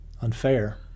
unfair